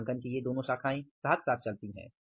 लेखांकन की ये दो शाखाएँ साथ साथ चलती हैं